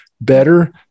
better